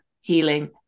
Healing